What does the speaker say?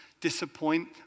disappoint